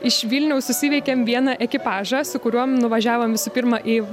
iš vilniaus įveikėm vieną ekipažą su kuriuo nuvažiavom visų pirma į